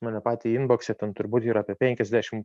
mane patį inbokse turbūt yra apie penkiasdešimt